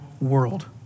world